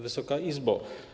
Wysoka Izbo!